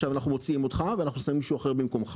עכשיו אנחנו מוציאים אותך ואנחנו שמים מישהו אחר במקומך.